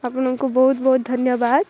ଆପଣଙ୍କୁ ବହୁତ ବହୁତ ଧନ୍ୟବାଦ